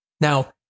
Now